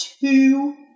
Two